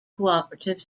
cooperative